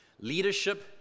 leadership